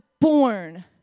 born